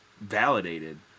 validated